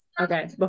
okay